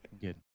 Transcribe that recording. Good